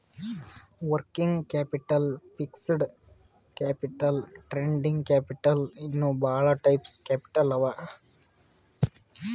working capital, fixed capital, trading capital ಇನ್ನಾ ಭಾಳ type capital ಅವಾ